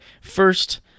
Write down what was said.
First